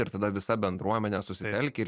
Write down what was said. ir tada visa bendruomenė susitelkia ir